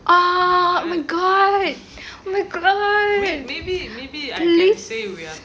ah oh my god oh my god please